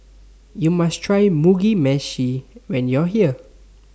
YOU must Try Mugi Meshi when YOU Are here